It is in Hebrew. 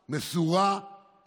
מסורה,